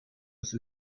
sie